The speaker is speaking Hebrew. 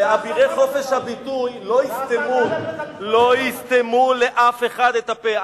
ואבירי חופש הביטוי לא יסתמו לא יסתמו לאף אחד את הפה.